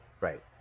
right